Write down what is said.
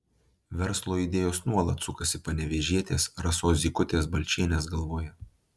verslo idėjos nuolat sukasi panevėžietės rasos zykutės balčienės galvoje